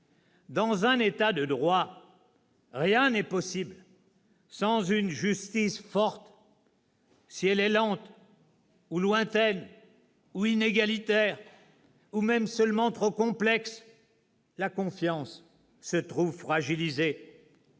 Dans un État de droit, rien n'est possible sans une justice forte. Si elle est lente, ou lointaine, ou inégalitaire, ou même seulement trop complexe, la confiance se trouve fragilisée.